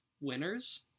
winners